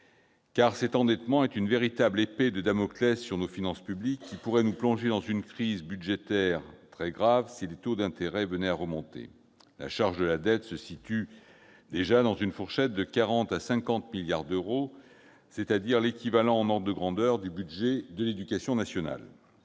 Cet endettement est une véritable épée de Damoclès pesant sur nos finances publiques ; il pourrait nous plonger dans une crise budgétaire très grave si les taux d'intérêt venaient à remonter. La charge de la dette se situe déjà dans une fourchette de 40 milliards à 50 milliards d'euros par an, c'est-à-dire l'équivalent du budget de l'éducation nationale.